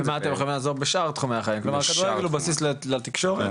כלומר כדורגל הוא בסיס לתקשורת,